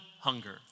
hunger